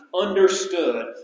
understood